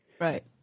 right